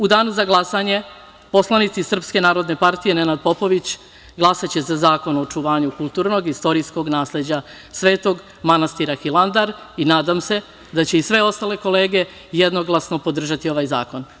U danu za glasanje poslanici Srpske narodne partije – Nenad Popović glasaće za Zakon o očuvanju kulturnog i istorijskog nasleđa Svetog manastira Hilandar i nadam se da će i sve ostale kolege jednoglasno podržati ovaj zakon.